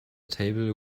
table